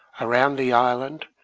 around the island,